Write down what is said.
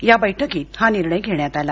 या बैठकीत हा निर्णय घेण्यात आला